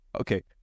Okay